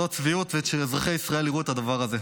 זו צביעות, ושאזרחי ישראל יראו את הדבר הזה.